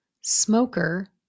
Smoker